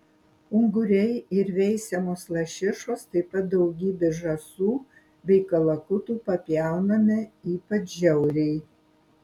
unguriai ir veisiamos lašišos taip pat daugybė žąsų bei kalakutų papjaunami ypač žiauriai